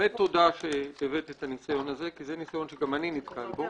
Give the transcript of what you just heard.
באמת תודה שהבאת את הניסיון הזה כי זה ניסיון שגם אני נתקל בו.